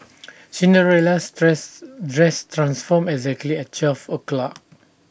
Cinderella's dresses dress transformed exactly at twelve o' clock